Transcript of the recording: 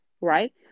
right